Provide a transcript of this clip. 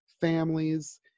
families